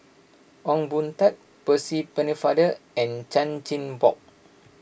Ong Boon Tat Percy Pennefather and Chan Chin Bock